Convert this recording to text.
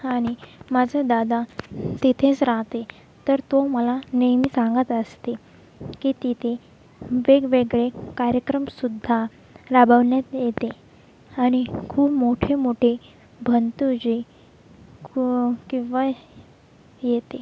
आणि माझं दादा तिथेच राहाते तर तो मला नेहमी सांगत असते की तिथे वेगवेगळे कार्यक्रमसुद्धा राबवण्यात येते आणि खूप मोठेमोठे भंतूजी को किंवा येते